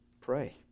Pray